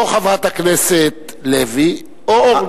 או חברת הכנסת לוי או אורלי.